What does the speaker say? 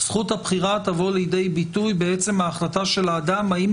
זכות הבחירה תבוא לידי ביטוי בעצם ההחלטה של האדם האם